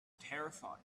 terrified